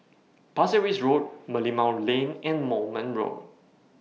Pasir Ris Road Merlimau Lane and Moulmein Road